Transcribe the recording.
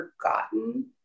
forgotten